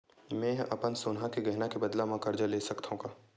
मेंहा अपन सोनहा के गहना के बदला मा कर्जा कहाँ ले सकथव?